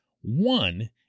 One